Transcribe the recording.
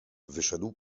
wyszedł